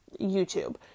YouTube